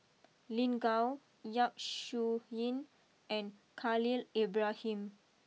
Lin Gao Yap Su Yin and Khalil Ibrahim